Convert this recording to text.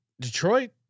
Detroit